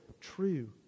true